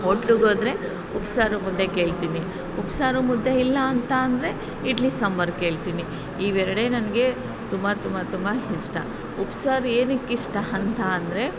ಹೋಟ್ಲಿಗೆ ಹೋದ್ರೆ ಉಪ್ಸಾರು ಮುದ್ದೆ ಕೇಳ್ತೀನಿ ಉಪ್ಸಾರು ಮುದ್ದೆ ಇಲ್ಲಾಂತ ಅಂದರೆ ಇಡ್ಲಿ ಸಾಂಬಾರ್ ಕೇಳ್ತೀನಿ ಇವೆರಡೇ ನನಗೆ ತುಂಬ ತುಂಬ ತುಂಬ ಇಷ್ಟ ಉಪ್ಸಾರು ಏನಕ್ಕೆ ಇಷ್ಟ ಅಂತ ಅಂದರೆ